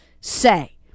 say